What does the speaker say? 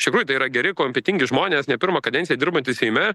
iš tikrųjų tai yra geri kompetentingi žmonės ne pirmą kadenciją dirbantys seime